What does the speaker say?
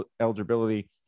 eligibility